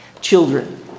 Children